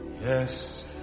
Yes